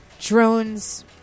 drones